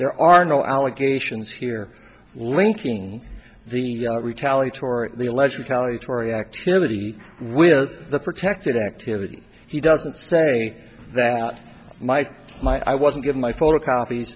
there are no allegations here linking the retaliatory the alleged county torrie activity with the protected activity he doesn't say that might my i wasn't give my photocopies